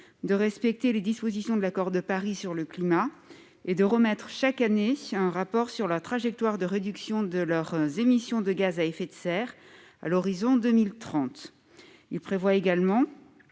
de respecter les dispositions de l'accord de Paris sur le climat et de remettre chaque année un rapport sur la trajectoire de réduction de leurs émissions de gaz à effet de serre à l'horizon 2030, il prévoit également